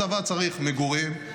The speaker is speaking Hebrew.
הצבא צריך מגורים,